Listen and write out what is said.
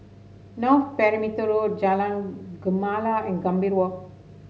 North Perimeter Road Jalan Gemala and Gambir Walk